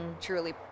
truly